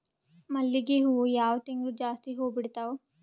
ಮಲ್ಲಿಗಿ ಹೂವು ಯಾವ ತಿಂಗಳು ಜಾಸ್ತಿ ಹೂವು ಬಿಡ್ತಾವು?